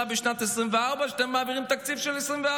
בשנת 2024 שאתם מעבירים תקציב של 2024?